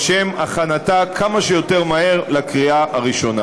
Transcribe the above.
לשם הכנתה כמה שיותר מהר לקריאה הראשונה.